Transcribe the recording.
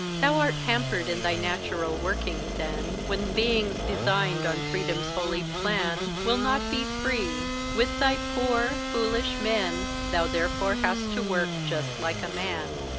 thou art hampered in thy natural working then when beings designed on freedom's holy plan will not be free with thy poor, foolish men, thou therefore hast to work just like a man.